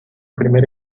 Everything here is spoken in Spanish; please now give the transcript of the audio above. primer